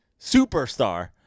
superstar